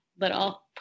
little